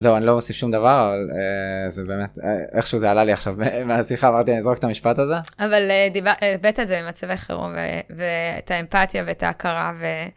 זהו אני לא עושה שום דבר, אבל אה... זה באמת אה... איכשהו זה עלה לי עכשיו אה, מהשיחה, אמרתי אני אזרוק את המשפט הזה. אבל אה.. דיב.. אה, הבעת את זה במצבי חירום, ואת האמפתיה ואת ההכרה, ו...